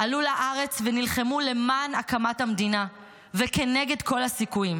עלו ביחד לארץ ונלחמו למען הקמת המדינה וכנגד כל הסיכויים.